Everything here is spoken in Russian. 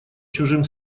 чужим